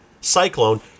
Cyclone